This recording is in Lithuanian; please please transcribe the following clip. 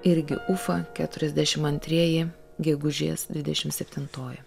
irgi ufa keturiasdešim antrieji gegužės dvidešim septintoji